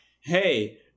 hey